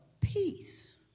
peace